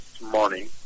morning